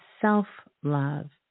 self-love